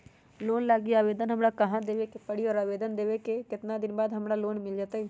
Loan लागी आवेदन हमरा कहां देवे के पड़ी और आवेदन देवे के केतना दिन बाद हमरा लोन मिल जतई?